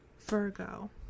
Virgo